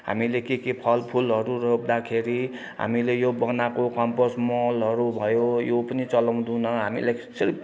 हामीले के के फलफुलहरू रोप्दाखेरि हामीले यो बनाएको कम्पोस्ट मलहरू भयो यो पनि चलाउँदैनौँ हामीले सिर्फ